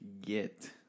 get